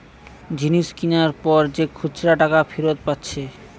জিনিস কিনার পর যে খুচরা টাকা ফিরত পাচ্ছে